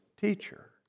teacher